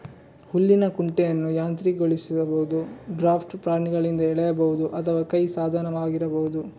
ಹುಲ್ಲಿನ ಕುಂಟೆಯನ್ನು ಯಾಂತ್ರೀಕೃತಗೊಳಿಸಬಹುದು, ಡ್ರಾಫ್ಟ್ ಪ್ರಾಣಿಗಳಿಂದ ಎಳೆಯಬಹುದು ಅಥವಾ ಕೈ ಸಾಧನವಾಗಿರಬಹುದು